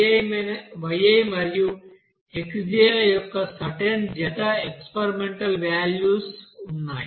Yj మరియు xj ల యొక్క సర్టెన్ జత ఎక్స్పెరిమెంటల్ వేల్యూ లు ఉంటాయి